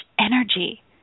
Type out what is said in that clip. energy